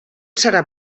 serà